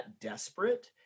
desperate